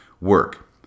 work